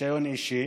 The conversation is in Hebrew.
ברישיון אישי